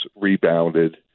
rebounded